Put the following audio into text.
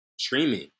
Streaming